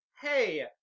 hey